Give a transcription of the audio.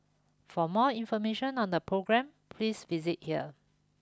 for more information on the programme please visit here